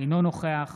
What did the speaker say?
אינו נוכח